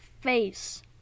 face